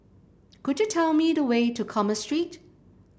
could you tell me the way to Commerce Street